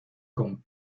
con